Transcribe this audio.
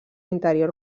interior